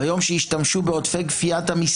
"ביום שביבי יממש את הבטחתו להוריד את מחירי